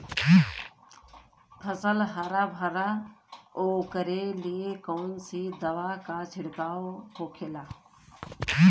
फसल हरा भरा रहे वोकरे लिए कौन सी दवा का छिड़काव होखेला?